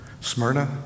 Smyrna